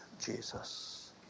Jesus